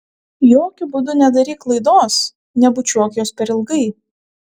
jokiu būdu nedaryk klaidos nebučiuok jos per ilgai